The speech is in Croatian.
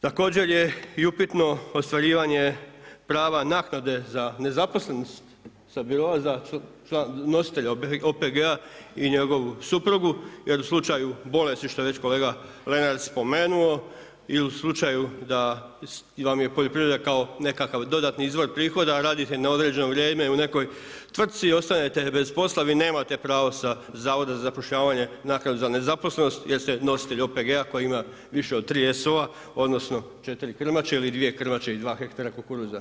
Također je i upitno i ostvarivanje prava naknade za nezaposlenost sa biroa za nositelja OPG-a i njegovu suprugu jer u slučaju bolesti što je već kolega Lenart spomenuo ili u slučaju da vam je poljoprivreda kao nekakav dodatni izvor prihoda a radite na određeno vrijeme u nekoj tvrtci i ostanete bez posla vi nemate pravo sa Zavoda za zapošljavanje naknadnu za nezaposlenost jer ste nositelj OPG-a koji ima više od 3 ESO-a odnosno 4 krmače ili 2 krmače i 2 hektara kukuruza.